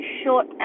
short